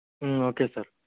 okay sir